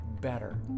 better